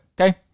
Okay